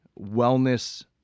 wellness